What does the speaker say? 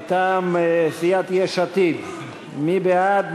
מטעם סיעת יש עתיד, מי בעד?